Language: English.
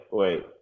wait